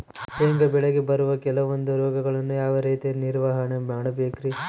ಶೇಂಗಾ ಬೆಳೆಗೆ ಬರುವ ಕೆಲವೊಂದು ರೋಗಗಳನ್ನು ಯಾವ ರೇತಿ ನಿರ್ವಹಣೆ ಮಾಡಬೇಕ್ರಿ?